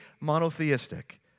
monotheistic